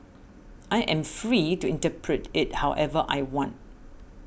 I am free to interpret it however I want